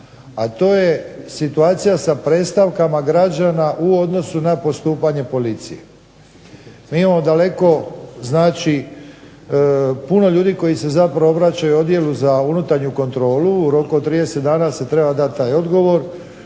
A to je situacija sa predstavkama građana u odnosu na postupanje policije. Mi imamo daleko znači puno ljudi koji se zapravo obraćaju Odjelu za unutarnju kontrolu. U roku od 30 dna se treba dati taj odgovor,